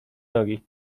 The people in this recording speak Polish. nogi